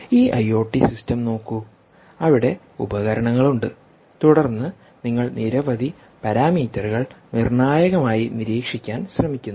ഈ IoT system നോക്കൂ അവിടെ ഉപകരണങ്ങളുണ്ട് തുടർന്ന് നിങ്ങൾ നിരവധി പാരാമീറ്ററുകൾ നിർണായകമായി നിരീക്ഷിക്കാൻ ശ്രമിക്കുന്നു